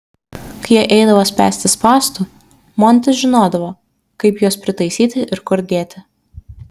kai jie eidavo spęsti spąstų montis žinodavo kaip juos pritaisyti ir kur dėti